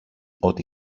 ότι